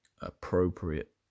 appropriate